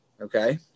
Okay